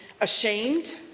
ashamed